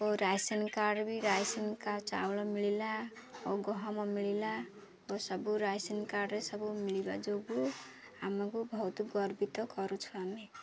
ଓ ration card ବି ration କ ଚାଉଳ ମିଳିଲା ଓ ଗହମ ମିଳିଲା ଓ ସବୁ ରାସନ କାର୍ଡ଼ରେ ସବୁ ମିଳିବା ଯୋଗୁଁ ଆମକୁ ବହୁତ ଗର୍ବିତ କରୁଛୁ ଆମେ